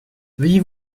veuillez